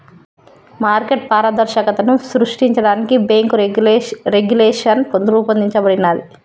market పారదర్శకతను సృష్టించడానికి bank regulation రూపొందించబడినాది